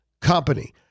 company